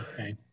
Okay